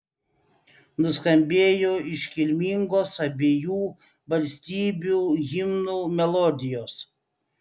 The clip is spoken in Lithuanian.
nuskambėjo iškilmingos abiejų valstybių himnų melodijos